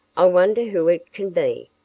i wonder who it can be,